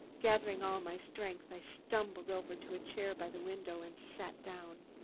gathering all my strength, i stumbled over to a chair by the window and sat down.